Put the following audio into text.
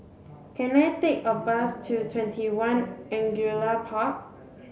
can I take a bus to TwentyOne Angullia Park